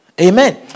Amen